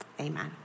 Amen